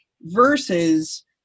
versus